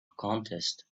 contest